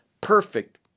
perfect